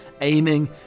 aiming